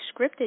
scripted